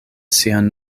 sian